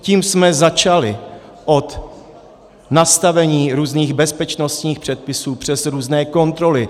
Tím jsme začali, od nastavení různých bezpečnostních předpisů přes různé kontroly.